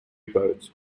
boat